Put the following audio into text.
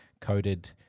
coded